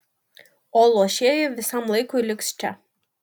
o luošieji visam laikui liks čia